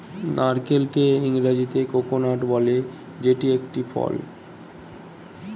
নারকেলকে ইংরেজিতে কোকোনাট বলে যেটি একটি ফল